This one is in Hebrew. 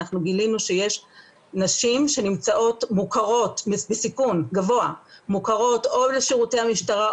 אנחנו גילינו שיש נשים שנמצאות בסיכון גבוה מוכרות או לשירותי המשטרה,